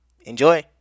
Enjoy